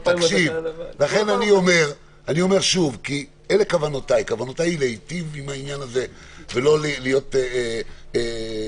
כי אלה כוונותיי כוונותיי הן להטיב עם העניין הזה ולא להיות כוחני.